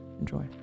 Enjoy